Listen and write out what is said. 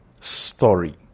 story